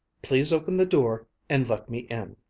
please open the door and let me in.